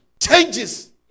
changes